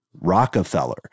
Rockefeller